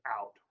out